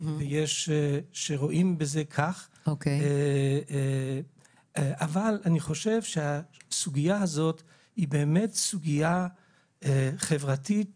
ויש שרואים בזה כך אני חושב שהסוגייה הזאת היא באמת סוגייה חברתית